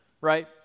right